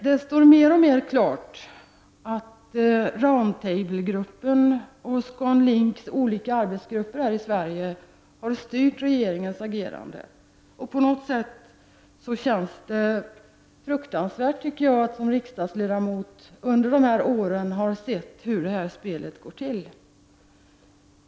Det står mer och mer klart att Round table-gruppen och ScanLinks olika arbetsgrupper i Sverige har styrt regeringens agerande. På något sätt känns det fruktansvärt att som riksdagsledamot under dessa år ha kunnat se hur detta spel går till.